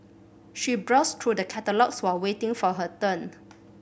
she browsed through the catalogues while waiting for her turn